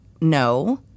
no